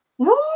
Woo